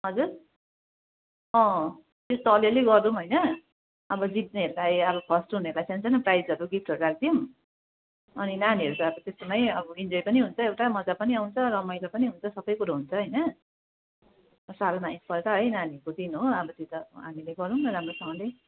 हजुर अँ त्यस्तो अलिअलि गरौँ होइन अब जित्नेहरूलाई अब फर्स्ट हुनेहरूलाई सानो सानो प्राइजहरू गिफ्टहरू राखदिउँ अनि नानीहरूलाई अब त्यसमै अब इन्जोय पनि हुन्छ एउटा मजा पनि आउँछ रमाइलो पनि हुन्छ सबै कुरो हुन्छ होइन सालमा एकपल्ट है नानीहरू खुसी हुने दिन हो अब त्यो त हामीले गरौँ न राम्रोसँगले